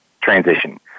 transition